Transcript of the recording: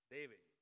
David